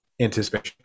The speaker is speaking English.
anticipation